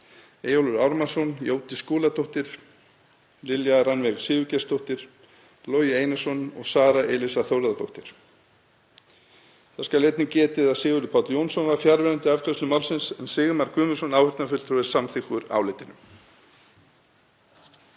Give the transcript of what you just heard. Eyjólfur Ármannsson, Jódís Skúladóttir, Lilja Rannveig Sigurgeirsdóttir, Logi Einarsson og Sara Elísa Þórðardóttir. Þess skal einnig getið að Sigurður Páll Jónsson var fjarverandi við afgreiðslu málsins en Sigmar Guðmundsson áheyrnarfulltrúi er samþykkur álitinu.